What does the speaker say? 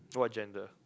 what gender